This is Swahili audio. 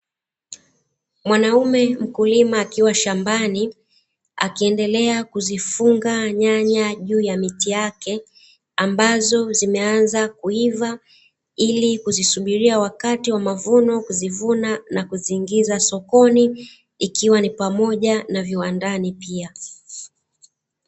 Mwanaume mkulima akiwa shambani akiendelea kuzifunga nyanya juu ya miti yake ambazo zimeanza kuiva ili kuzisubiria wakati wa mavuno kuzivuna na kuziingiza sokoni ikiwa ni pamoja na viwandani pia.